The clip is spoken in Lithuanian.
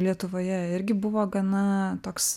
lietuvoje irgi buvo gana toks